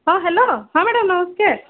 ହଁ ହେଲୋ ହଁ ମ୍ୟାଡମ୍ ନମସ୍କାର